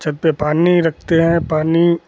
छत पर पानी रखते हैं पानी